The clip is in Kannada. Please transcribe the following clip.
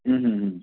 ಹ್ಞೂ ಹ್ಞೂ ಹ್ಞೂ